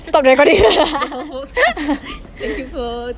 stop the recording